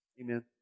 Amen